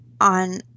on